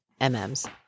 MMS